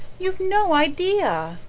you've no idea.